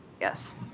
Yes